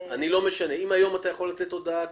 בסדר.